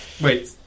Wait